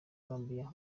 gambia